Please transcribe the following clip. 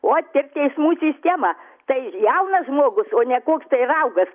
o tik teismų sistema tai jaunas žmogus o ne koks tai raugas